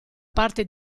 parte